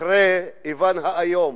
אחרי איוון האיום,